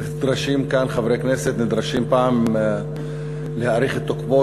שחברי כנסת נדרשים פעם להאריך את תוקפו